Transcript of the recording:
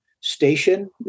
station